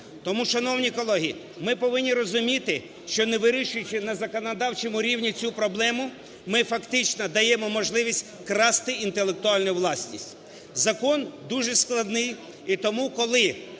Тому, шановні колеги, ми повинні розуміти, що не вирішуючи на законодавчому рівні цю проблему ми фактично даємо можливість красти інтелектуальну власність. Закон дуже складний. І тому, коли